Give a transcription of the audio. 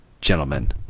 gentlemen